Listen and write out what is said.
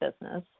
business